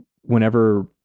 whenever